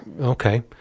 Okay